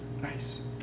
Nice